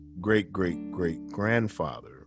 great-great-great-grandfather